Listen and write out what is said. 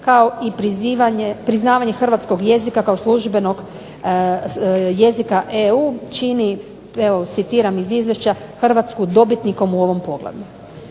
kao i priznavanje hrvatskog jezika kao službenog jezika EU čini, evo citiram iz izvješća: "Hrvatsku dobitnikom u ovom poglavlju."